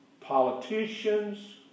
Politicians